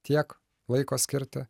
tiek laiko skirti